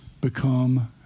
become